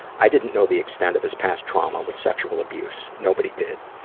i didn't know the extent of his past trauma with sexual abuse, nobody did.